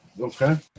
Okay